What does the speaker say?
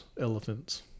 elephants